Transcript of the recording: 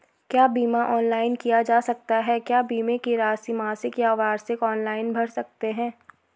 क्या बीमा ऑनलाइन किया जा सकता है क्या बीमे की राशि मासिक या वार्षिक ऑनलाइन भर सकते हैं?